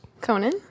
Conan